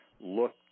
look